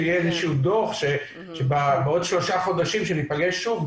שיהיה איזשהו דוח כך שבעוד שלושה חודשים כשניפגש שוב,